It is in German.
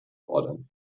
fordern